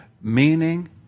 Meaning